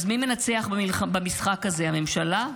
אז מי מנצח במשחק הזה, הממשלה?